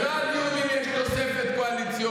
זה לא הדיון אם יש תוספת קואליציונית,